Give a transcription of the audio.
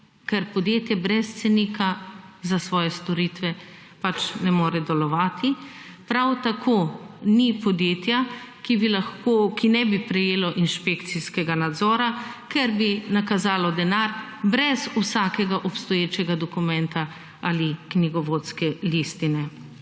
ker podjetje brez cenika za svoje storitve pač ne more delovati. Prav tako ni podjetja, ki ne bi prejelo inšpekcijskega nadzora, ker bi nakazalo denar brez vsakega obstoječega dokumenta ali knjigovodske listine.